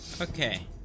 Okay